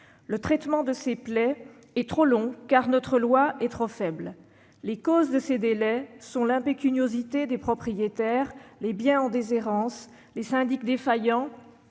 Le traitement de ces plaies prend trop de temps, car notre loi est trop faible. Les causes de ces délais sont l'impécuniosité des propriétaires, les biens en déshérence, les syndics défaillants,